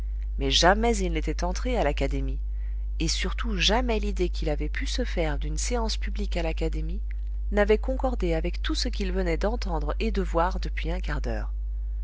mais jamais il n'était entré à l'académie et surtout jamais l'idée qu'il avait pu se faire d'une séance publique à l'académie n'avait concordé avec tout ce qu'il venait d'entendre et de voir depuis un quart d'heure